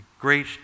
great